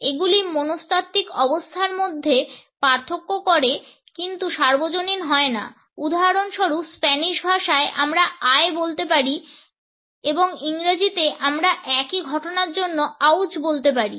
এগুলি মনস্তাত্ত্বিক অবস্থার মধ্যে পার্থক্য করে কিন্তু সর্বদা সর্বজনীন হয় না উদাহরণস্বরূপ স্প্যানিশ ভাষায় আমরা ay বলতে পারি এবং ইংরেজিতে আমরা একই ঘটনার জন্য ouch বলতে পারি